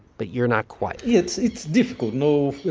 but you're not quite? it's it's difficult, no.